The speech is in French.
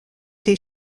des